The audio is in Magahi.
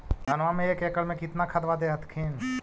धनमा मे एक एकड़ मे कितना खदबा दे हखिन?